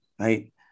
right